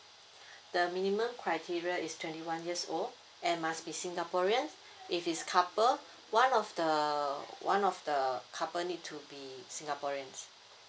the minimum criteria is twenty one years old and must be singaporean if is couple one of the one of the couple need to be singaporeans